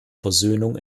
versöhnung